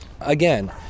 again